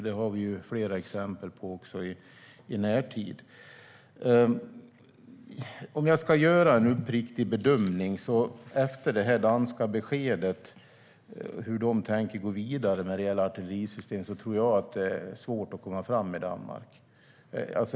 Det har vi flera exempel på i närtid. Om jag ska göra en uppriktig bedömning efter det här danska beskedet om hur de tänker gå vidare med artillerisystem tror jag att det är svårt att komma fram i Danmark.